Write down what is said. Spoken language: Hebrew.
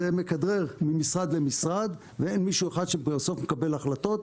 זה מכדרר ממשרד למשרד ואין מישהו אחד שבסוף מקבל החלטות.